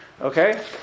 okay